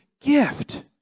gift